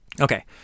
Okay